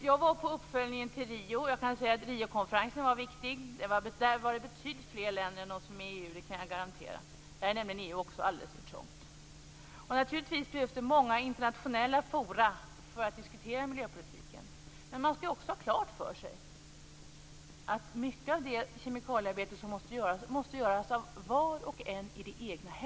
Jag har varit på uppföljningen till Riokonferensen. Riokonferensen var viktig. Där var det betydligt fler länder än de som är med i EU. Det kan jag garantera. EU är nämligen alldeles för trångt också för dessa frågor. Naturligtvis behövs många internationella forum för att diskutera miljöpolitik. Men man skall också ha klart för sig att mycket av kemikaliearbetet måste göras i det egna hemlandet av var och en.